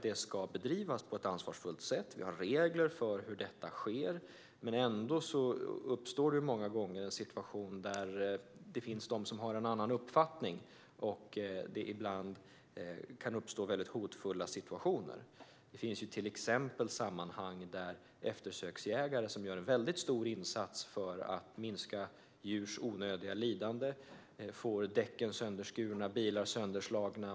De ska bedrivas på ett ansvarsfullt sätt. Det finns regler för hur detta ska ske, men ändå kan det många gånger uppstå en situation där det finns personer som har en annan uppfattning. Ibland kan det uppstå hotfulla situationer. Det finns till exempel sammanhang där eftersöksjägare. som gör en stor insats för att minska djurs onödiga lidande, får däcken sönderskurna eller bilar sönderslagna.